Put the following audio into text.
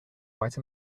white